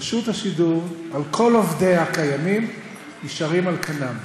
רשות השידור על כל עובדיה הקיימים נשארים על כנם,